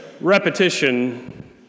Repetition